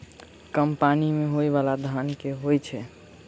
कम पानि मे होइ बाला धान केँ होइ छैय?